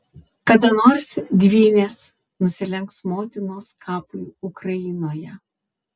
kada nors dvynės nusilenks motinos kapui ukrainoje